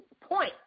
point